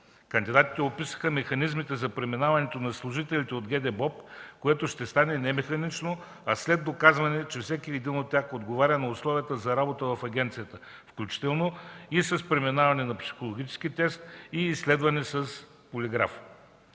Кандидатите описаха механизмите за преминаването на служителите от ГДБОП, което ще стане не механично, а след доказване, че всеки един от тях отговаря на условията за работа в агенцията, включително и с преминаване на психологически тест и изследване с полиграф.